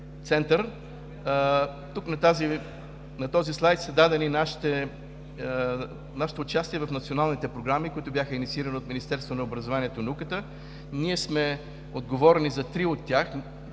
на този слайд са дадени нашето участие в националните програми, които бяха инициирани от Министерството на образованието и науката. Ние сме отговорни за три от тях: